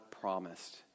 promised